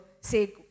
say